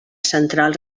central